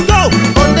go